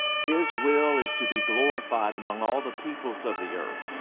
his will is to be glorified among all the peoples of the earth.